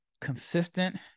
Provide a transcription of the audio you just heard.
consistent